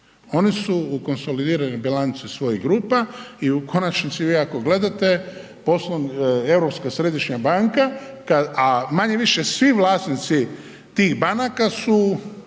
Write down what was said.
oni su u konsolidiranoj bilanci svojih grupa i u konačnici vi ako gledate Euorpska središnja banka, a manje-više svi vlasnici tih banaka su